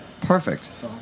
perfect